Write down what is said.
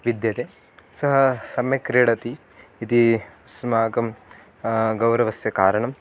विद्यते सः सम्यक् क्रीडति इति अस्माकं गौरवस्य कारणं